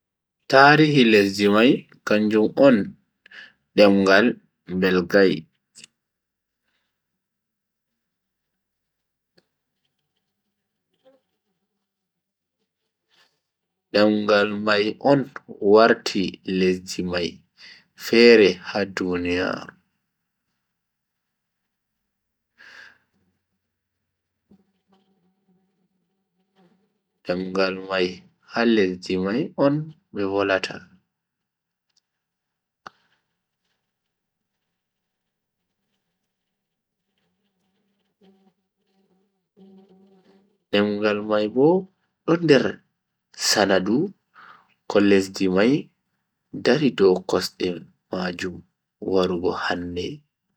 Tarihi lesdi mai kanjum on demngal belgae. demngal mai on wati lesdi mai latti fere ha duniyaaru. demngal mai ha lesdi mai on be volwata. demngal mai Bo do nder sanadu ko lesdi mai dari dow kosde majum warugo hande.